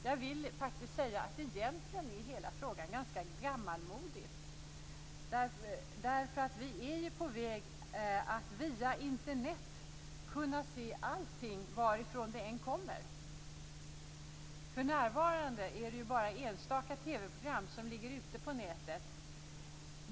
Jag vill faktiskt säga att hela frågan egentligen är ganska gammalmodig. Vi är ju på väg att via Internet kunna se allting varifrån det än kommer. För närvarande är det bara enstaka TV-program som ligger ute på nätet.